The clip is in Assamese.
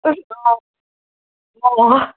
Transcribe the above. অঁ অঁ অঁ